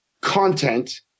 content